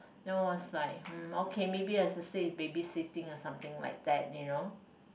then I was like hmm okay maybe the sister is babysitting or something like that you know